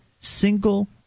single